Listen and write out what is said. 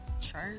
Church